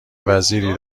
وزیری